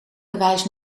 bewijs